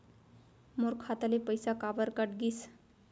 मोर खाता ले पइसा काबर कट गिस?